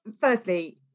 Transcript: firstly